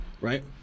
right